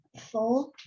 four